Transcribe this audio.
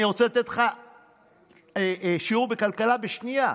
אני רוצה לתת לך שיעור בכלכלה בשנייה: